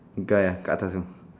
guy ah kat atas tu